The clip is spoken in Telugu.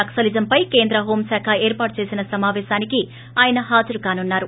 నక్సలీజంపై కేంద్ర హోంశాఖ ఏర్పాటు చేసిన సమావేశానికి ఆయన హాజరవనున్నారు